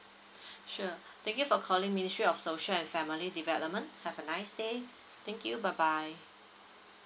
sure thank you for calling ministry of social and family development have a nice day thank you bye bye